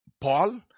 Paul